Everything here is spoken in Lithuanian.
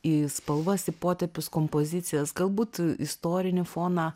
į spalvas į potėpius kompozicijas galbūt istorinį foną